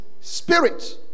spirit